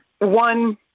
One